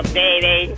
baby